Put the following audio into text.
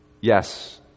Yes